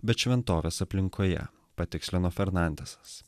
bet šventovės aplinkoje patikslino fernandesas